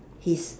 his